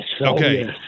Okay